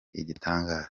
igitangaza